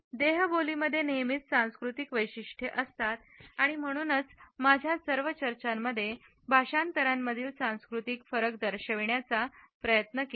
देहबोली मध्ये नेहमीच सांस्कृतिक वैशिष्ट्ये असतात आणि म्हणूनच माझ्या माझ्या सर्व चर्चांमध्ये भाषांतरांमधील सांस्कृतिक फरक दर्शविण्याचा प्रयत्न केला